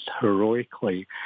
heroically